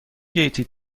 گیتی